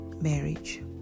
marriage